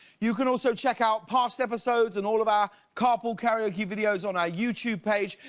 you can also check out past episodes and all of our carpool karaoke videos on our youtube page.